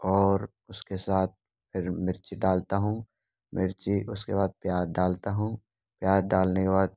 और उसके साथ फ़िर मिर्ची डालता हूँ मिर्ची उसके बाद प्याज़ डालता हूँ प्याज़ डालने के बाद